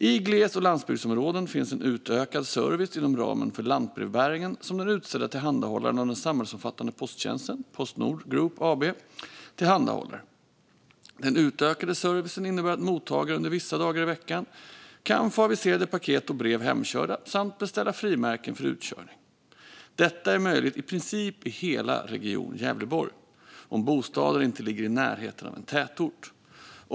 I gles och landsbygdsområden finns en utökad service inom ramen för lantbrevbäringen som den utsedda tillhandahållaren av den samhällsomfattande posttjänsten Postnord Group AB tillhandahåller. Den utökade servicen innebär att mottagare under vissa dagar i veckan kan få aviserade paket och brev hemkörda samt beställa frimärken för utkörning. Detta är möjligt i princip i hela Region Gävleborg om bostaden inte ligger i närheten av en tätort.